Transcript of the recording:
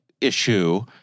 issue